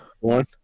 one